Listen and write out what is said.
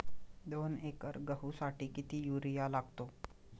दोन एकर गहूसाठी किती युरिया लागतो?